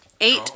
Eight